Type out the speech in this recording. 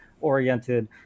oriented